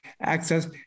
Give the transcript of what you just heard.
access